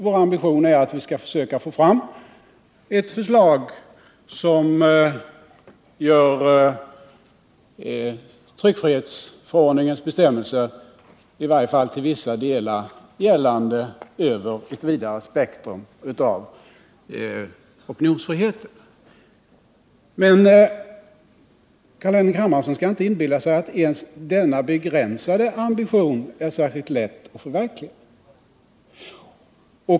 Vår ambition är att vi skall försöka få fram ett förslag som gör tryckfrihetsförordningens bestämmelser i varje fall till vissa delar gällande över ett vidare spektrum av opinionsfriheten. Men Carl-Henrik Hermansson skall inte inbilla sig att ens denna begränsade ambition är särskilt lätt att förverkliga.